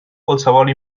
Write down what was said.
qualsevol